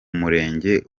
murenge